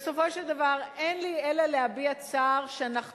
בסופו של דבר אין לי אלא להביע צער שאנחנו